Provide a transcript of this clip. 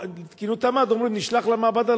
אומרים: נשלח למעבדה,